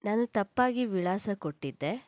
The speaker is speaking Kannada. ನಾನು ತಪ್ಪಾಗಿ ವಿಳಾಸ ಕೊಟ್ಟಿದ್ದೆ